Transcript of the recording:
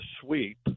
sweep